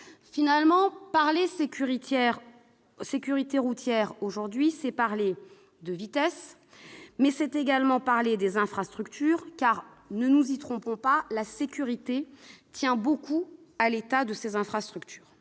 sécurisés. Parler sécurité routière aujourd'hui, c'est parler de vitesse, mais c'est aussi parler des infrastructures, car, ne nous y trompons pas, la sécurité tient beaucoup à l'état de ces infrastructures.